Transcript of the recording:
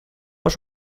was